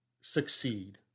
succeed